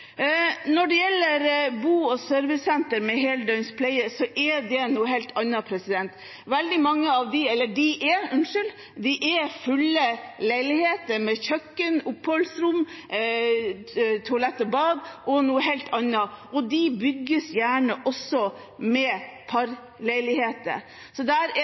Når det gjelder bo- og servicesentre med heldøgns pleie, er det noe helt annet. Det er fulle leiligheter, med kjøkken, oppholdsrom, toalett og bad, og de bygges gjerne også med parleiligheter, så der er